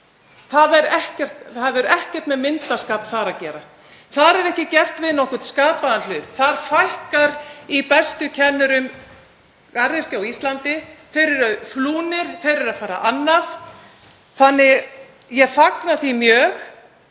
Þar hefur ekkert með myndarskap að gera. Þar er ekki gert við nokkurn skapaðan hlut. Þar fækkar bestu kennurum í garðyrkju á Íslandi. Þeir eru flúnir, þeir eru að fara annað. Ég fagna því mjög